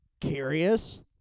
curious